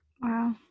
Wow